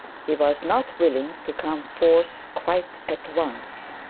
he was not willing to come forth quite at once.